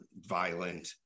violent